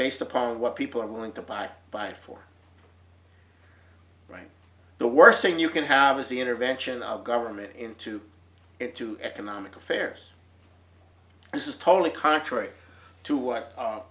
based upon what people are willing to buy buy for the worst thing you can have is the intervention of government into it to economic affairs this is totally contrary to what